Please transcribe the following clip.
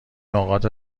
نقاط